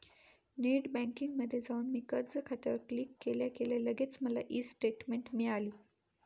net बँकिंगमध्ये जाऊन मी कर्ज खात्यावर क्लिक केल्या केल्या लगेच मला ई स्टेटमेंट मिळाली